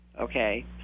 okay